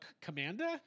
Commander